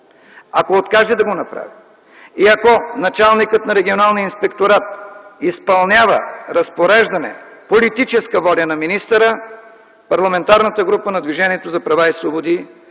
Ако откаже да го направи и ако началникът на Регионалния инспекторат изпълнява разпореждане, политическа воля на министъра, Парламентарната група на Движението за права и свободи